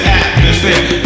atmosphere